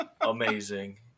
amazing